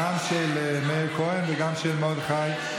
גם של מאיר כהן וגם של מיכאל מרדכי.